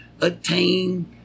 attain